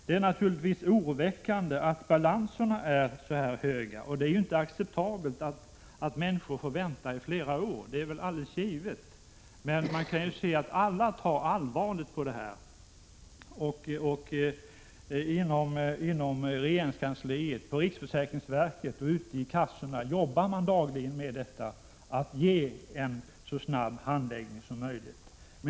Det är naturligtvis oroväckande att balanserna är så stora, och det är 63 naturligtvis inte acceptabelt att människor får vänta i flera år. Men alla ser allvarligt på detta. Inom regeringskansliet, på riksförsäkringsverket och ute i försäkringskassorna arbetar man dagligen med att ge en så snabb handläggning som möjligt.